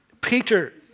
Peter